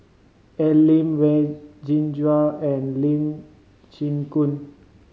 Al Lim Wen Jinhua and Lee Chin Koon